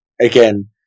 again